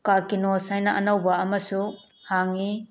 ꯀꯥꯜꯀꯤꯅꯣꯁ ꯍꯥꯏꯅ ꯑꯅꯧꯕ ꯑꯃꯁꯨ ꯍꯥꯡꯉꯤ